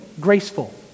graceful